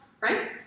right